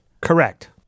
Correct